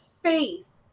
face